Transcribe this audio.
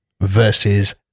versus